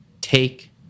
take